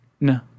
No